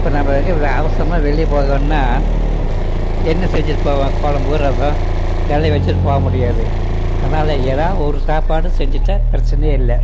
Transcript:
இப்போ நம்ம எங்கேயோ அவசரமாக வெளியே போகணும்னா என்ன செஞ்சிட்டு போவோம் குழம்பு ரசம் இதெல்லாம் வைச்சிட்டு போக முடியாது அதனால எதாவது ஒரு சாப்பாடு செஞ்சிட்டால் பிரச்சனை இல்லை